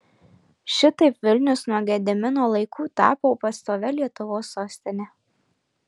šitaip vilnius nuo gedimino laikų tapo pastovia lietuvos sostine